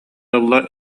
ылла